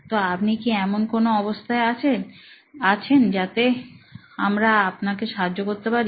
তো আপনি কি এমন কোনো অবস্থায় আছেন যাতে আমরা আপনার সাহায্য করতে পারি